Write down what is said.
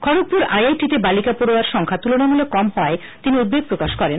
Kharagpur IIT তে বালিকা পড়ুয়ার সংখ্যা তুলনামূলক কম হওয়ায় তিনি উদ্বেগ প্রকাশ করেন